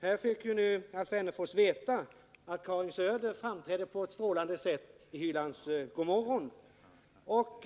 Här fick Alf Wennerfors veta att Karin Söder på ett strålande sätt framträdde i Lennart Hylands TV-program Gomorron Nr 54 Sverige.